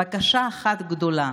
בקשה אחת גדולה: